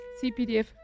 C-PDF